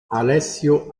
alessio